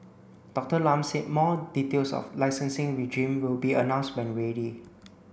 Doctor Lam said more details of licensing regime will be announced when ready